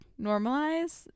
normalize